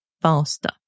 faster